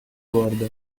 bordo